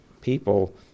people